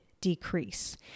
decrease